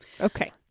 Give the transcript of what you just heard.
okay